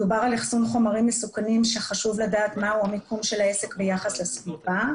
מדובר על אחסון חומרים מסוכנים שחשוב לדעת מהו מיקום העסק ביחס לסביבה,